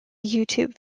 youtube